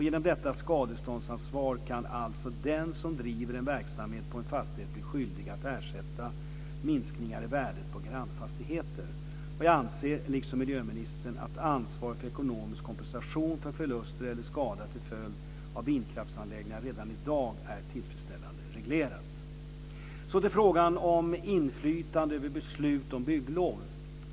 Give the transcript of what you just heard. Genom detta skadeståndsansvar kan alltså den som driver en verksamhet på en fastighet bli skyldig att ersätta minskningar i värdet på grannfastigheter. Jag anser, liksom miljöministern, att ansvaret för ekonomisk kompensation för förlust eller skada till följd av vindkraftsanläggningar redan i dag är tillfredsställande reglerat. Så till frågan om inflytande över beslut om bygglov.